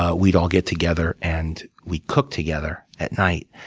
ah we'd all get together, and we'd cook together at night,